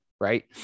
right